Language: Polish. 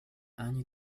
ani